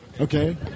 Okay